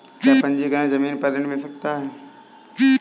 क्या पंजीकरण ज़मीन पर ऋण मिल सकता है?